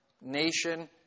nation